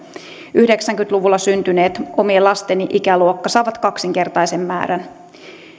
yhdeksänkymmentä luvulla syntyneet omien lasteni ikäluokka saavat kaksinkertaisen määrän